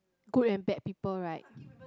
good and bad people right